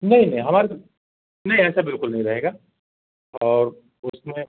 नई नई हमारे नई ऐसा बिल्कुल नहीं रहेगा और उसमें